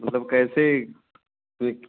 मतलब कैसे